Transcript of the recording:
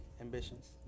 Ambitions